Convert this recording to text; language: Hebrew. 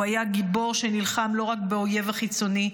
הוא היה גיבור שנלחם לא רק באויב החיצוני,